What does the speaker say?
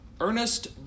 Ernest